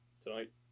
Tonight